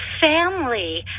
family